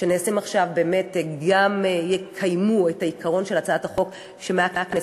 שעכשיו גם יקיימו את העיקרון של הצעת החוק שהגשנו,